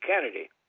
Kennedy